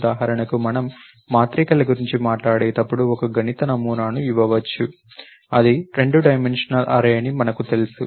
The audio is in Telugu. ఉదాహరణకు మనము మాత్రికల గురించి మాట్లాడేటప్పుడు ఒక గణిత నమూనాను ఇవ్వవచ్చు అది రెండు డైమెన్షనల్ అర్రే అని మనకు తెలుసు